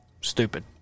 Stupid